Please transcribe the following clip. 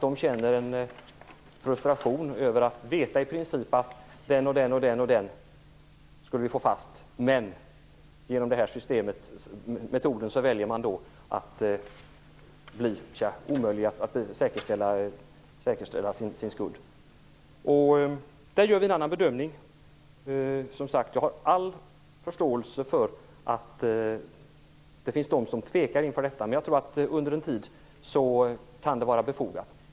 De känner frustration över att i princip veta att den och den skall de få fast, men genom den här metoden väljer man att omöjliggöra säkerställandet av sin skuld. Vi gör en annan bedömning. Som sagt, jag har all förståelse för att det finns de som tvekar inför detta. Men jag tror att under en tid kan det vara befogat.